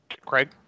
Craig